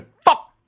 fuck